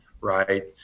right